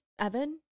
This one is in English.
Evan